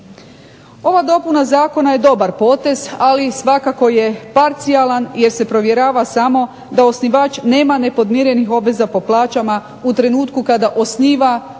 Ova dopuna zakona je dobar potez ali svakako je parcijalan jer se provjerava samo da osnivač nema nepodmirenih obveza po plaćama u trenutku kada osniva